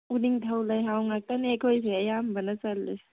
ꯎꯅꯤꯡꯊꯧ ꯂꯩꯍꯥꯎ ꯉꯥꯛꯇꯅꯦ ꯑꯩꯈꯣꯏꯁꯦ ꯑꯌꯥꯝꯕꯅ ꯆꯜꯂꯤꯁꯦ